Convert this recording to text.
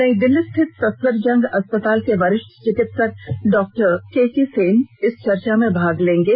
नई दिल्ली स्थित सफदरजंग अस्पताल के वरिष्ठ चिकित्सक डॉ के के सेन चर्चा में भाग लेंगे